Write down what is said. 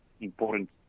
important